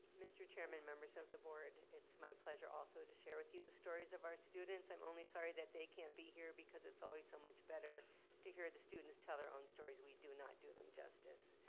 mr. chairman, members of the board, it's my pleasure also to share with you the stories of our students. i'm only sorry that they can't be here because it's always so much better to hear the students tell their own stories. we do not do them justice.